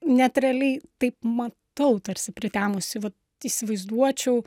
net realiai taip matau tarsi pritemusį vat įsivaizduočiau